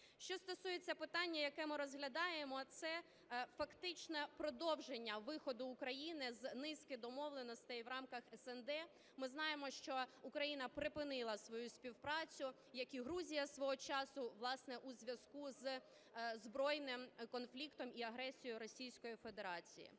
Що стосується питання, яке ми розглядаємо, – це фактичне продовження виходу України з низки домовленостей в рамках СНД. Ми знаємо, що Україна припинила свою співпрацю, як і Грузія свого часу, власне, у зв'язку з збройним конфліктом і агресією Російської Федерації.